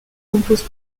compose